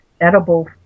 edible